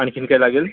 आणखीन काय लागेल